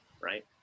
right